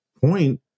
point